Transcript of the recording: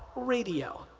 radio.